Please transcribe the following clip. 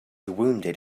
wounded